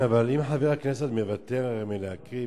אם חבר הכנסת מוותר על הקראה,